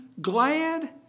glad